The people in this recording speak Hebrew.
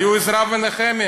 היו עזרא ונחמיה,